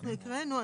אנחנו הקראנו,